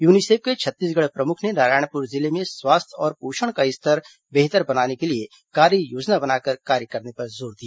UNICEF के छत्तीसगढ़ प्रमुख ने नारायणपुर जिले में स्वास्थ्य और पोषण का स्तर बेहतर बनाने के लिए कार्ययोजना बनाकर कार्य करने पर जोर दिया